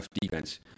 defense